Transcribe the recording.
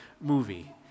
movie